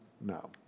No